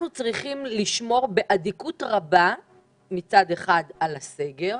אנחנו צריכים לשמור באדיקות רבה על הסגר,